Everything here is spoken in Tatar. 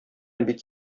бик